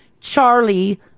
Charlie